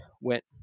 went